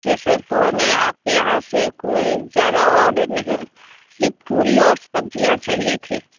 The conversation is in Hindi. जी सर तो हमें आपके यहाँ से कोई ज़्यादा आर्डर नहीं सिर्फ पूरी और सब्जियाँ चाहिए थी